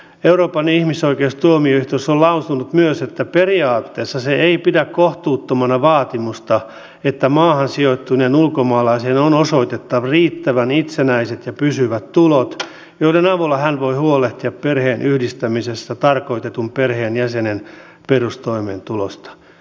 euroopan ihmisoikeustuomioistuin on lausunut myös että periaatteessa se ei pidä kohtuuttomana vaatimusta että maahan sijoittuneen ulkomaalaisen on osoitettava riittävän itsenäiset ja pysyvät tulot joiden avulla hän voi huolehtia perheenyhdistämisessä tarkoitetun perheenjäsenen perustoimeentulosta